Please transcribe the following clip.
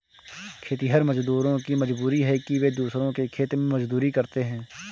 खेतिहर मजदूरों की मजबूरी है कि वे दूसरों के खेत में मजदूरी करते हैं